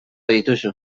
dituzu